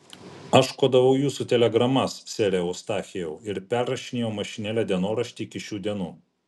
aš kodavau jūsų telegramas sere eustachijau ir perrašinėjau mašinėle dienoraštį iki šių dienų